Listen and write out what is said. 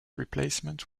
replacement